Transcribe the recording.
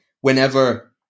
whenever